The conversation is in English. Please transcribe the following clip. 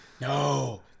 No